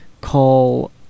call